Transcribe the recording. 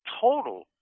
total